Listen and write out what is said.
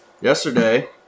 Yesterday